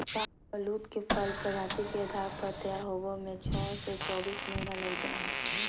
शाहबलूत के फल प्रजाति के आधार पर तैयार होवे में छो से चोबीस महीना लग जा हई